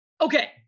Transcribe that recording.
Okay